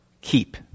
keep